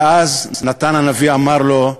ואז נתן הנביא אמר לו: